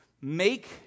Make